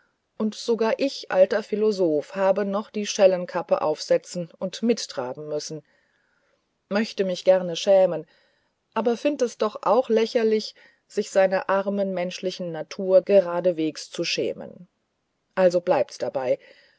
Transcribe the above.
und sogar ich alter philosoph habe noch die schellenkappe aufsetzen und mittraben müssen möchte mich gern schämen aber find es doch auch lächerlich sich seiner armen menschlichen natur geradeswegs zu schämen also bleibt's dabei